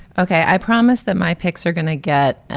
ok. i promise that my picks are going to get